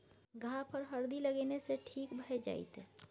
घाह पर हरदि लगेने सँ ठीक भए जाइत